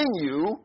continue